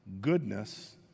goodness